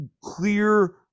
clear